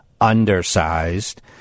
undersized